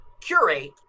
curate